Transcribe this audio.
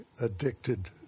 addicted